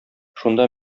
шунда